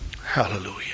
Hallelujah